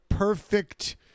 Perfect